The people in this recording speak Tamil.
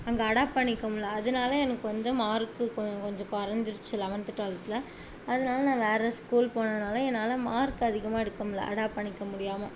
அங்கே அடாப்ட் பண்ணிக்க முடில்ல அதனால எனக்கு வந்து மார்க்கு கொ கொஞ்சம் குறைஞ்சிருச்சி லெவன்த்து டுவல்த்தில் அதனால நான் வேறு ஸ்கூல் போனதுனால் என்னால் மார்க் அதிகமாக எடுக்க முடில்ல அடாப்ட் பண்ணிக்க முடியாமல்